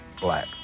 black